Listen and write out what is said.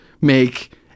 make